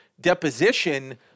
deposition